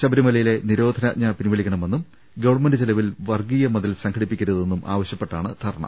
ശബരിമലയിലെ നിരോധനാജ്ഞ പിൻവലിക്ക ണമെന്നും ഗവൺമെന്റ് ചെലവിൽ വർഗ്ഗീയമതിൽ സംഘടിപ്പിക്കരുതെന്നും ആവശ്യപ്പെട്ടാണ് ധർണ്ണ